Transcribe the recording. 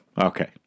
Okay